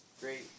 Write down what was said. Great